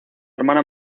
hermana